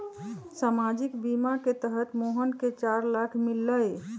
सामाजिक बीमा के तहत मोहन के चार लाख मिललई